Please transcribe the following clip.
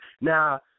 Now